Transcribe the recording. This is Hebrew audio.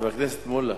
חבר הכנסת מולה,